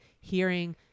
hearing